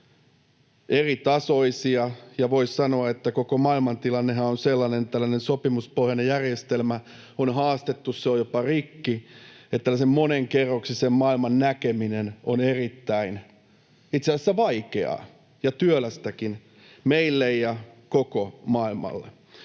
eri tasoisia, ja voisi sanoa, että koko maailmantilannehan on sellainen, että tällainen sopimuspohjainen järjestelmä on haastettu ja se on jopa rikki. Tällaisen monikerroksisen maailman näkeminen on itse asiassa erittäin vaikeaa ja työlästäkin meille ja koko maailmalle,